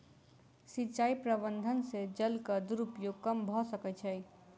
सिचाई प्रबंधन से जलक दुरूपयोग कम भअ सकै छै